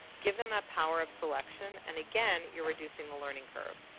give them the power of selection and, again, you reducing the learning curve.